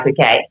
okay